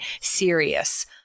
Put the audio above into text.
serious